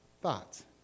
thoughts